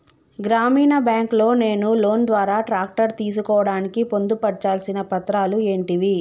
గ్రామీణ బ్యాంక్ లో నేను లోన్ ద్వారా ట్రాక్టర్ తీసుకోవడానికి పొందు పర్చాల్సిన పత్రాలు ఏంటివి?